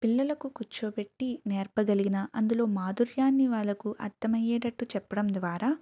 పిల్లలకు కూర్చోపెట్టి నేర్పగలిగినా అందులో మాధుర్యాన్ని వాళ్ళకు అర్థమయ్యేటట్టు చెప్పడం ద్వారా